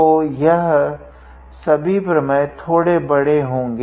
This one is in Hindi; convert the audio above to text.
तो यह सभी प्रमेय थोड़े बड़े होगे